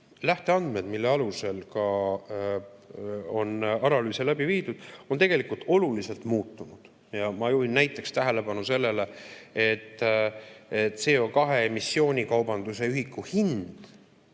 lähteandmed, mille alusel on analüüse läbi viidud, on tegelikult oluliselt muutunud. Ja ma juhin tähelepanu sellele, et CO2emissioonikaubanduse ühiku hind